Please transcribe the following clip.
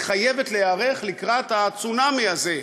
היא חייבת להיערך לקראת הצונאמי הזה.